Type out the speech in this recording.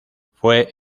fue